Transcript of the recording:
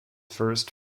first